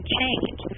change